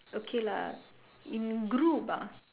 okay lah in group ah